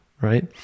right